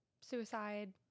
suicide